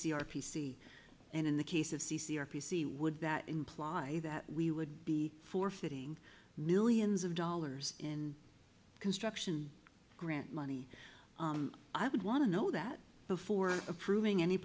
c r p c and in the case of c c r p c would that imply that we would be forfeiting millions of dollars in construction grant money i would want to know that before approving any